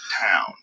town